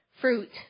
fruit